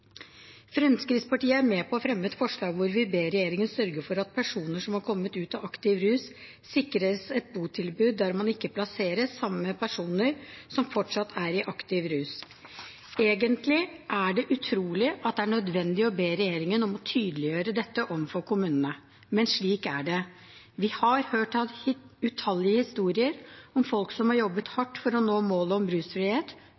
Fremskrittspartiet er med på å fremme et forslag hvor vi ber regjeringen sørge for at personer som har kommet ut av aktiv rus, sikres et botilbud der man ikke plasseres sammen med personer som fortsatt er i aktiv rus. Egentlig er det utrolig at det er nødvendig å be regjeringen om å tydeliggjøre dette overfor kommunene, men slik er det. Vi har hørt utallige historier om folk som har jobbet